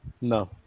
No